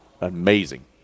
Amazing